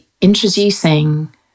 introducing